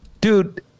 Dude